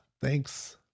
thanks